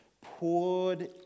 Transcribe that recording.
poured